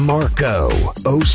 Marco